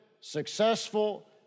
successful